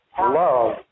love